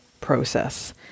process